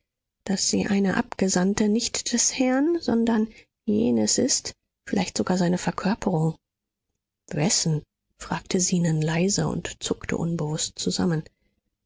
daß sie eine abgesandte nicht des herrn sondern jenes ist vielleicht sogar seine verkörperung wessen fragte zenon leise und zuckte unbewußt zusammen